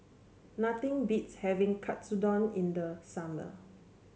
nothing beats having Katsudon in the summer